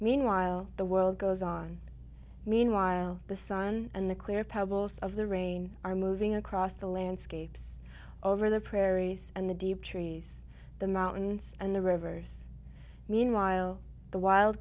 meanwhile the world goes on meanwhile the sun and the clear pebbles of the rain are moving across the landscapes over the prairie and the deep trees the mountains and the rivers meanwhile the wild